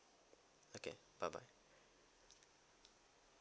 okay bye bye